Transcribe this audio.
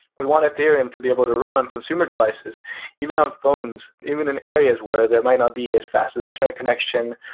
we want ethereum to be able to run on consumer devices even on phones, even in areas where there might not be as fast of an internet connection,